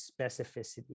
specificity